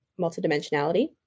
multidimensionality